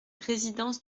résidence